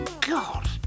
God